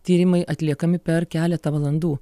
tyrimai atliekami per keletą valandų